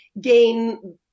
gain